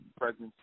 presence